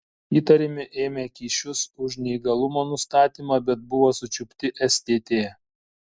įtariami ėmę kyšius už neįgalumo nustatymą bet buvo sučiupti stt